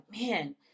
man